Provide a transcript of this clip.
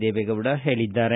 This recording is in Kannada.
ದೇವೆಗೌಡ ಹೇಳಿದ್ದಾರೆ